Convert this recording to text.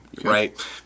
right